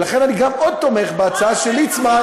ולכן אני תומך גם בהצעה של ליצמן,